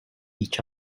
each